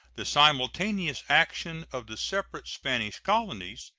the simultaneous action of the separate spanish colonies,